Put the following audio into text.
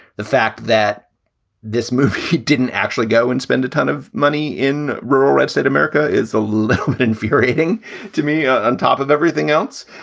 the fact that this move didn't actually go and spend a ton of money in rural red state america is a little infuriating to me on top of everything else.